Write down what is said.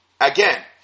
Again